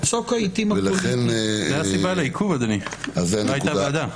זו הסיבה לעיכוב, אדוני, לא הייתה ועדה.